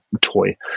toy